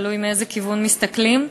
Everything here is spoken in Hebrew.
תלוי מאיזה כיוון מסתכלים,